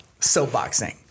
soapboxing